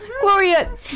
Gloria